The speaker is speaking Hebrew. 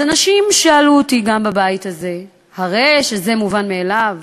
שאלו אותי אנשים, גם בבית הזה: הרי זה מובן מאליו.